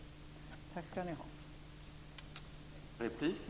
Tack skall ni ha!